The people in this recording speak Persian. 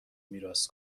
میراث